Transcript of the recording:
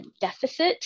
deficit